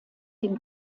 dem